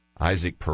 Isaac